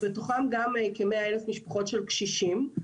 בתוכן גם כ-100,000 משפחות של קשישים,